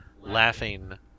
laughing—